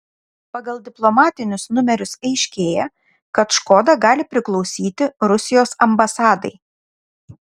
pagal diplomatinius numerius aiškėja kad škoda gali priklausyti rusijos ambasadai